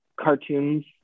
cartoons